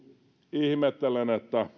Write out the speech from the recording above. ihmettelen